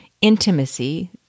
intimacy